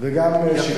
וגם שיכון.